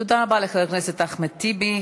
לכך.) תודה רבה לחבר הכנסת אחמד טיבי.